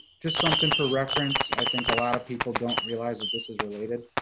just something for reference. i think a lot of people don't realize that this is related.